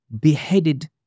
beheaded